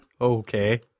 Okay